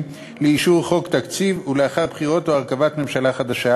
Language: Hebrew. לאישור חוק תקציב לאחר בחירות או הרכבת ממשלה חדשה,